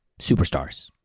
superstars